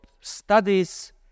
studies